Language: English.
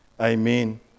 amen